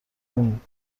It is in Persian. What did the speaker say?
این